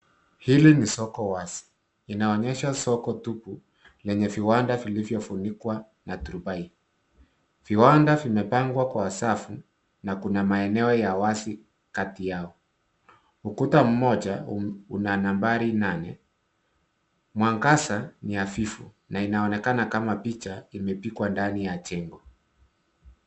Hili ni soko wazi. Inaonyesha soko tupu lenye viwanda vilivyofunikwa na turubai. Viwanda vimepangwa kwa safu na kuna maeneo ya wazi kati yao. Ukuta mmoja una nambari nane. Mwangaza ni hafifu na inaonekana kama picha imepigwa ndani ya jengo.